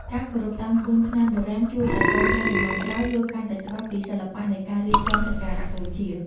ការគោរពតាមក្បួនខ្នាតបុរាណជួយឱ្យកូនចៅជំនាន់ក្រោយយល់កាន់តែច្បាស់ពីសិល្បៈនៃការរៀបចំសក្ការបូជា។